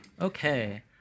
Okay